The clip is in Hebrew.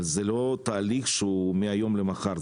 אבל זה לא תהליך שהוא מהיום למחר,